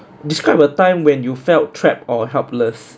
describe a time when you felt trapped or helpless